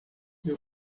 meu